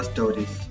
Stories